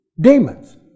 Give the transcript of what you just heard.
demons